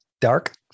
dark